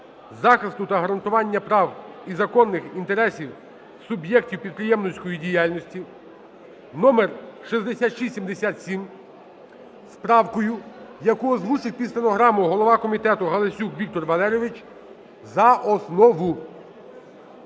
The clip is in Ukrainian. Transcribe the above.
захисту та гарантування прав і законних інтересів суб'єктів підприємницької діяльності (номер 6671) з правкою, яку озвучив під стенограму голова комітету Галасюк Віктор Валерійович, за основу.